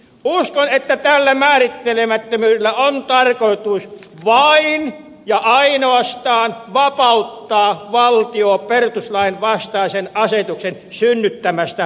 uskon että tällä määrittelemättömyydellä on tarkoitus vain ja ainoastaan vapauttaa valtio perustuslainvastaisen asetuksen synnyttämästä korvausvastuusta